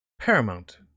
Paramount